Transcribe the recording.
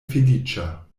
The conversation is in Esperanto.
feliĉa